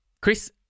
chris